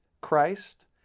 Christ